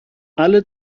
alle